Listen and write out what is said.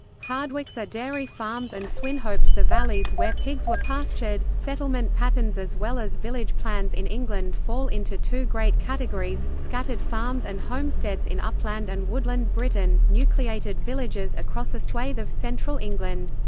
hardwicks are dairy farms and swinhopes the valleys where pigs were pastured settlement patterns as well as village plans in england fall into two great categories scattered farms and homesteads in upland and woodland britain, nucleated villages across a swathe of central england.